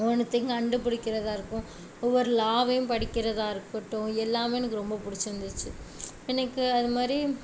ஒவ்வொன்னுதையும் கண்டுபிடிக்கிறதாக இருக்கும் ஒவ்வொரு லாவையும் படிக்கிறதாக இருக்கட்டும் எல்லாமே எனக்கு ரொம்ப பிடிச்சிருந்துச்சு எனக்கு அது மாதிரி